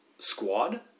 squad